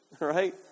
right